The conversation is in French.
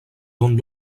dont